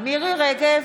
מירי מרים רגב,